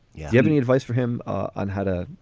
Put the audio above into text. yeah you have any advice for him on how to,